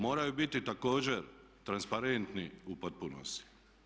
Moraju biti također transparentni u potpunosti.